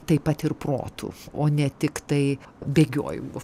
taip pat ir protu o ne tiktai bėgiojimu